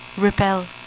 Repel